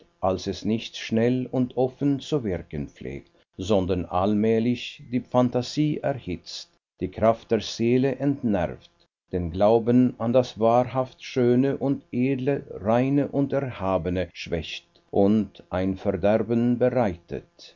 als es nicht schnell und offen zu wirken pflegt sondern allmählich die phantasie erhitzt die kraft der seele entnervt den glauben an das wahrhaft schöne und edle reine und erhabene schwächt und ein verderben bereitet